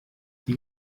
die